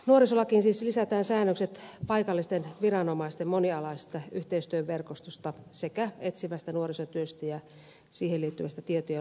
nuorisolakiin siis lisätään säännökset paikallisten viranomaisten monialaisesta yhteistyöverkostosta sekä etsivästä nuorisotyöstä ja siihen liittyvästä tietojen luovuttamisesta